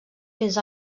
fins